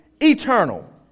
eternal